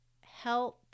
health